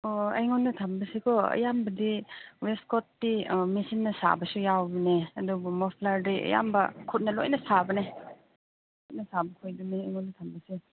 ꯑꯣ ꯑꯩꯉꯣꯟꯗ ꯊꯝꯕꯁꯦꯀꯣ ꯑꯌꯥꯝꯕꯗꯤ ꯋꯦꯁꯀꯣꯠꯇꯤ ꯃꯦꯆꯤꯟꯅ ꯁꯥꯕꯁꯨ ꯌꯥꯎꯕꯅꯦ ꯑꯗꯨꯕꯨ ꯃꯐꯂꯔꯗꯤ ꯑꯌꯥꯝꯕ ꯈꯨꯠꯅ ꯂꯣꯏꯅ ꯁꯥꯕꯅꯦ ꯈꯨꯠꯅ ꯁꯥꯕ ꯈꯣꯏꯗꯨꯅꯦ ꯑꯩꯉꯣꯟꯗ ꯊꯝꯕꯁꯦ